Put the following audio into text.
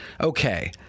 Okay